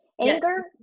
anger